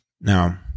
Now